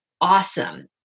awesome